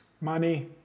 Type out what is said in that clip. Money